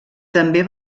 també